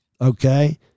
okay